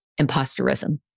imposterism